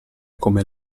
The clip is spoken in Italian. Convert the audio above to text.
come